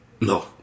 No